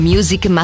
Music